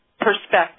perspective